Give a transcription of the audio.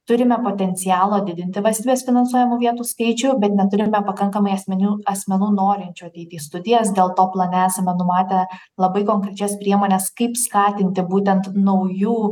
turime potencialo didinti valstybės finansuojamų vietų skaičių bet neturime pakankamai esminių asmenų norinčių ateiti į studijas dėl to plane esame numatę labai konkrečias priemones kaip skatinti būtent naujų